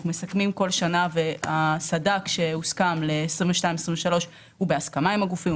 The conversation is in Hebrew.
אנחנו מסכמים כל שנה והסד"כ שהוסכם ל-2023-2022 הוא בהסכמה עם הגופים,